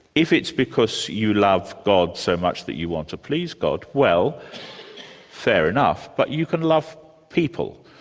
if it's because you love god so much that you want to please god, well fair enough, but you can love people.